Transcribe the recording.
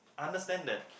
I understand that